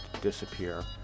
disappear